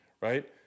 right